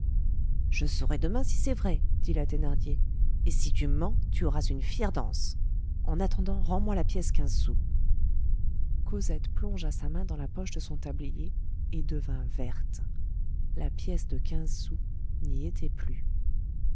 je saurai demain si c'est vrai dit la thénardier et si tu mens tu auras une fière danse en attendant rends-moi la pièce quinze sous cosette plongea sa main dans la poche de son tablier et devint verte la pièce de quinze sous n'y était plus